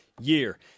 year